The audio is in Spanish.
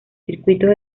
circuitos